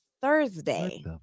Thursday